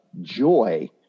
joy